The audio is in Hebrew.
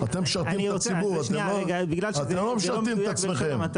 אתם משרתים את הציבור, אתם לא משרתים את עצמכם.